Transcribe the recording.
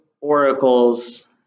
oracles